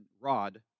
rod